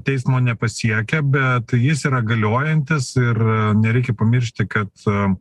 teismo nepasiekia bet jis yra galiojantis ir nereikia pamiršti kad